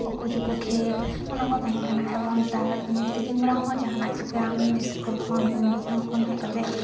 ᱩᱠᱩ ᱪᱩᱠᱩ ᱠᱷᱮᱞ ᱚᱱᱟ ᱠᱚ ᱛᱟᱦᱮᱸ ᱠᱟᱱᱟ ᱮᱵᱚᱝ ᱛᱤᱠᱤᱱ ᱵᱮᱲᱟ ᱦᱚᱸ ᱡᱟᱦᱟᱱᱟᱜ ᱪᱤᱠᱟᱭᱟᱢ ᱤᱥᱠᱩᱞ ᱠᱷᱚᱱ ᱠᱤᱢᱵᱟ ᱡᱟᱦᱟᱱᱟᱜ ᱠᱷᱚᱱ ᱦᱮᱡ ᱠᱟᱛᱮᱜ